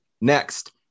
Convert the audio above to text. Next